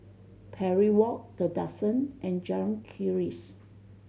Parry Walk The Duxton and Jalan Keris